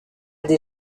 des